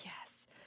yes